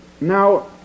Now